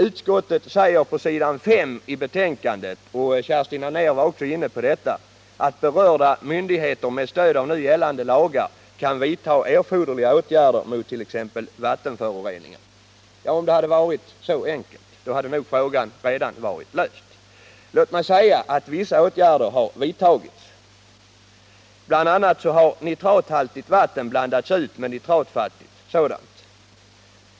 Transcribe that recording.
Utskottet säger på s. 5 i betänkandet — Kerstin Anér var också inne på detta —- att berörda myndigheter med stöd av nu gällande lagar kan vidta erforderliga åtgärder mot t.ex. vattenföroreningar. Om det hade varit så enkelt hade nog frågan redan varit löst. Vissa åtgärder har vidtagits. BI. a. har nitrathaltigt vatten blandats ut med nitratfattigt.